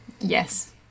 Yes